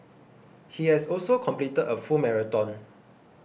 he has also completed a full marathon